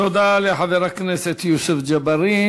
תודה לחבר הכנסת יוסף ג'בארין.